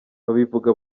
babivuga